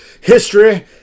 History